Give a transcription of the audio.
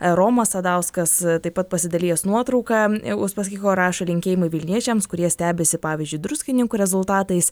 romas sadauskas taip pat pasidalijęs nuotrauka uspaskicho rašo linkėjimai vilniečiams kurie stebisi pavyzdžiui druskininkų rezultatais